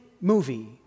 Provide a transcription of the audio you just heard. movie